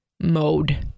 mode